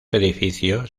edificios